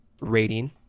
rating